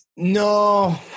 no